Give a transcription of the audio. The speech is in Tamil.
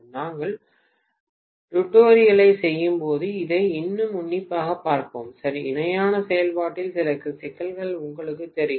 நாங்கள் டுடோரியலைச் செய்யும்போது இதை இன்னும் உன்னிப்பாகப் பார்ப்போம் சரி இணையான செயல்பாட்டில் சில சிக்கல்களை உங்களுக்குத் தருகிறேன்